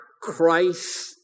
Christ